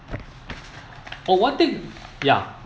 oh one thing ya